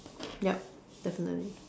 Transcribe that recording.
yup definitely